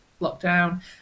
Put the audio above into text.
lockdown